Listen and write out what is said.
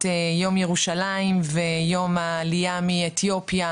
את יום ירושלים ויום העלייה מאתיופיה,